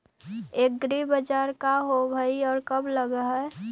एग्रीबाजार का होब हइ और कब लग है?